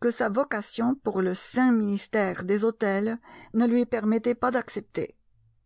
que sa vocation pour le saint ministère des autels ne lui permettait pas d'accepter